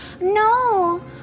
No